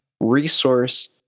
resource